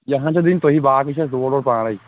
یہِ ہَن چھا دِنۍ تۄہی باقٕے چھِ اَسہِ لوڑ ووڑ پانَے